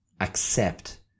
accept